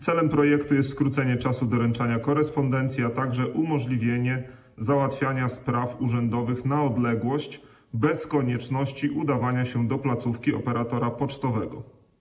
Celem projektu jest skrócenie czasu doręczania korespondencji, a także umożliwienie załatwiania spraw urzędowych na odległość, bez konieczności udawania się do placówki operatora pocztowego.